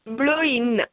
blue in